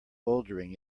bouldering